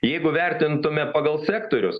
jeigu vertintume pagal sektorius